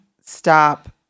stop